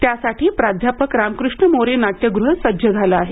त्यासाठी प्राध्यापक रामकृष्ण मोरे नाट्यगृह सज्ज झालं आहे